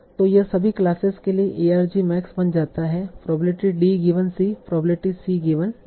तो यह सभी क्लासेस के लिए argmax बन जाता है probability d given c probability c given d